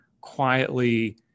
quietly